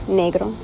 negro